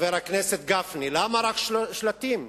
חבר הכנסת גפני, למה רק שלטים?